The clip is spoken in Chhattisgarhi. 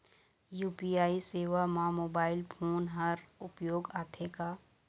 यू.पी.आई सेवा म मोबाइल फोन हर उपयोग आथे का?